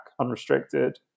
unrestricted